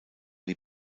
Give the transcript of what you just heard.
die